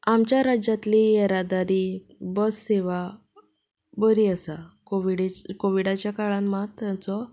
आमच्या राज्यांतली येरादारी बस सेवा बरी आसा खूब कोविडाच्या काळांत मात ताचो